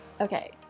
Okay